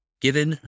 given